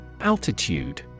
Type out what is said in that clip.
Altitude